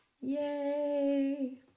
Yay